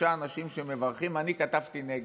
שישה אנשים שמברכים, אני כתבתי נגד.